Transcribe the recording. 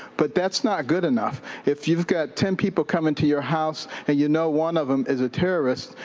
but that's not good enough. if you've got ten people coming to your house and you know one of them is a terrorist,